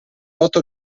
voto